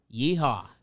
Yeehaw